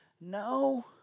no